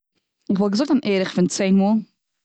איך וועלט געזאגט אן ערך פון צען מאל.